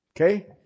Okay